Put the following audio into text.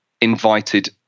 invited